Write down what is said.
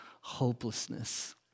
hopelessness